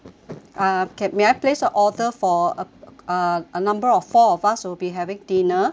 uh can may I place the order for uh a number of four of us will be having dinner and